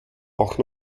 auch